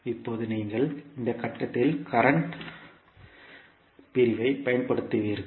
இப்போது நீங்கள் இந்த கட்டத்தில் கரண்ட் பிரிவைப் பயன்படுத்துவீர்கள்